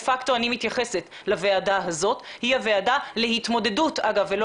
פקטו אני מתייחסת לוועדה הזאת שהיא הוועדה להתמודדות - ולא